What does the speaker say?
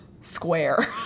square